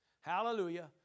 hallelujah